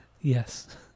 Yes